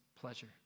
pleasure